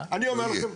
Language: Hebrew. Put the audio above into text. אני אומר לכם,